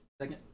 Second